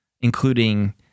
including